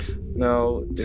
No